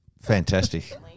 Fantastic